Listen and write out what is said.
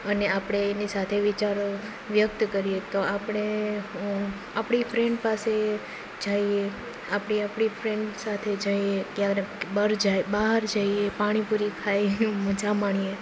અને આપણે એની સાથે વિચારો વ્યક્ત કરીએ તો આપણે ફ્રેન્ડ પાસે જઈએ આપણી આપણી ફ્રેન્ડ પાસે જઈએ ક્યારેક બહાર બહાર જઈએ પાણીપૂરી ખાઈએ મજા માણીએ